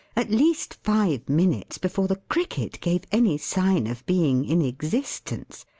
at least five minutes before the cricket gave any sign of being in existence.